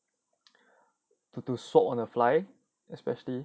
to to swap on a fly especially